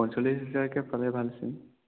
পঞ্চল্লিছ হাজাৰকে পালে ভাল আছিল